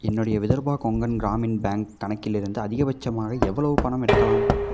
என்னுடைய விதர்பா கொங்கன் கிராமின் பேங்க் கணக்கிலிருந்து அதிகபட்சமாக எவ்வளவு பணம் எடுக்கலாம்